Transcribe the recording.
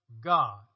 God